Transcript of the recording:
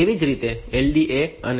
તેવી જ રીતે LDA છે